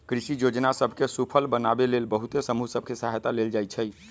कृषि जोजना सभ के सूफल बनाबे लेल बहुते समूह सभ के सहायता लेल जाइ छइ